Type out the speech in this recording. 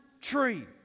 tree